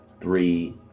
three